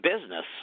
business